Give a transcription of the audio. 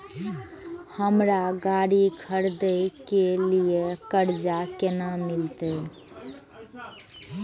हमरा गाड़ी खरदे के लिए कर्जा केना मिलते?